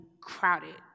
crowded